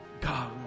God